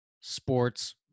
sports